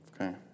Okay